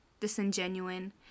Disingenuine